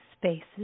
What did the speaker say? spaces